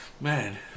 Man